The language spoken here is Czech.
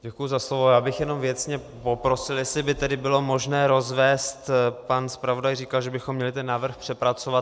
Já bych jenom věcně poprosil, jestli by tedy bylo možno rozvést pan zpravodaj říkal, že bychom měli ten návrh přepracovat.